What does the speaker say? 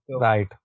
Right